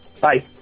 bye